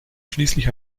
schließlich